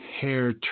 hair